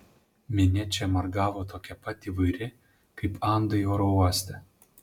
minia čia margavo tokia pat įvairi kaip andai oro uoste